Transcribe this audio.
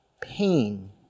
pain